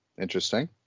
interesting